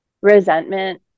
resentment